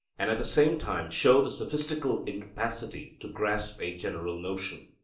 and at the same time show the sophistical incapacity to grasp a general notion.